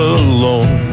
alone